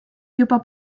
juba